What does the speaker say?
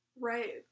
Right